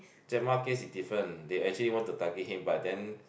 Jenmah case is different they actually want to target him but then